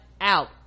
out